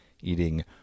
eating